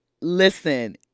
listen